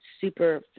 super